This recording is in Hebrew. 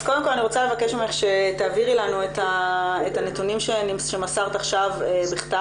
אז קודם כל אני רוצה לבקש ממך שתעבירי לנו את הנתונים שמסרת עכשיו בכתב,